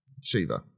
shiva